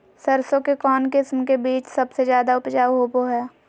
सरसों के कौन किस्म के बीच सबसे ज्यादा उपजाऊ होबो हय?